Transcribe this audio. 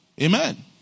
Amen